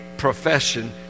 profession